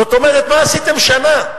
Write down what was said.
זאת אומרת, מה עשיתם שנה?